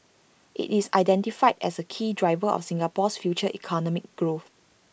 IT is identified as A key driver of Singapore's future economic growth